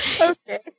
okay